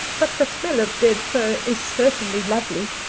but the smell of dead fir is certainly lovely.